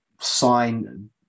sign